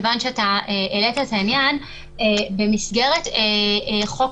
כיוון שאתה העלית את העניין: במסגרת חוק